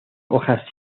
hojas